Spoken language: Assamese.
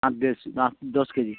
আঠ দহ দহ কেজি